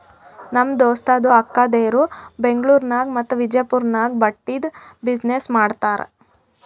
ನಮ್ ದೋಸ್ತದು ಅಕ್ಕಾದೇರು ಬೆಂಗ್ಳೂರ್ ನಾಗ್ ಮತ್ತ ವಿಜಯಪುರ್ ನಾಗ್ ಬಟ್ಟಿದ್ ಬಿಸಿನ್ನೆಸ್ ಮಾಡ್ತಾರ್